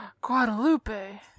Guadalupe